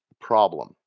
problem